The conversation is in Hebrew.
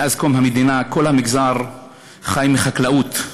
מאז קום המדינה, כל המגזר חי מחקלאות,